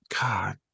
God